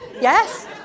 Yes